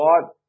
God